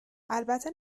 البته